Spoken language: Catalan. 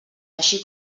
així